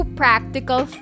practical